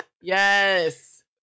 Yes